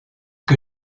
que